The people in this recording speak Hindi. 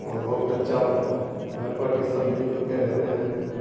बहुत अच्छा घर पर भी सब मिलजुल कर रहते हैं